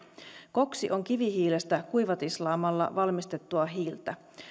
koksi on kivihiilestä kuivatislaamalla valmistettua hiiltä